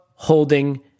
Holding